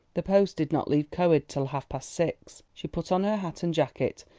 the post did not leave coed till half-past six. she put on her hat and jacket,